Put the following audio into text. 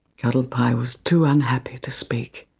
cuddlepie was too unhappy to speak.